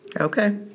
Okay